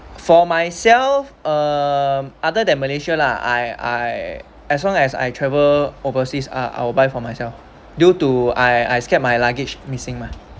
for myself uh other than malaysia lah I I as long as I travel overseas ah I'll buy for myself due to I I scared my luggage missing mah